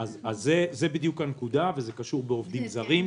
זאת בדיוק הנקודה וזה קשור בעובדים זרים.